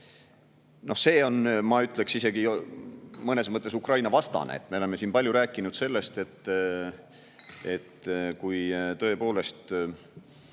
See on, ma ütleksin, mõnes mõttes isegi Ukraina-vastane. Me oleme siin palju rääkinud sellest, et kui tõepoolest